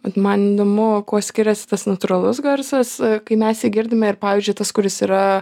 vat man įdomu kuo skiriasi tas natūralus garsas kai mes jį girdime ir pavyzdžiui tas kuris yra